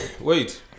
wait